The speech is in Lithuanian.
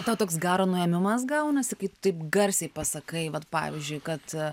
tau toks garo nuėmimas gaunasi kai taip garsiai pasakai vat pavyzdžiui kad